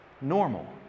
normal